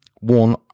one